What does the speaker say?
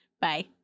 Bye